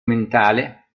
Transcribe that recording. mentale